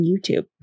YouTube